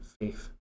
faith